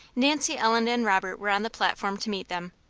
nancy ellen and robert were on the platform to meet them.